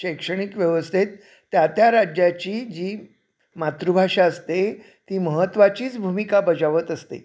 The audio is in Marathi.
शैक्षणिक व्यवस्थेत त्या त्या राज्याची जी मातृभाषा असते ती महत्त्वाचीच भूमिका बजावत असते